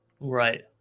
Right